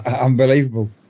Unbelievable